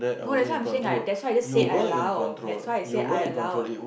no that's why I'm saying I that's why I just said I allow that's why I say I allowed